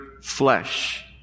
flesh